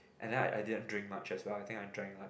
and then I I didn't drink much as well I think I drink like